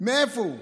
מאיפה הוא,